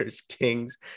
Kings